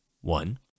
one